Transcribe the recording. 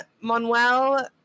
Manuel